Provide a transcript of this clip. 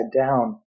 down